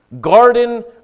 Garden